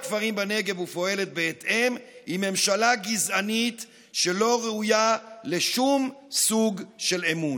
ופועלת בהתאם היא ממשלה גזענית שלא ראויה לשום סוג של אמון.